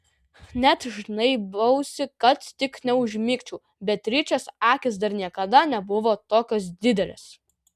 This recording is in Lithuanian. net žnaibausi kad tik neužmigčiau beatričės akys dar niekada nebuvo tokios didelės